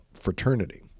fraternity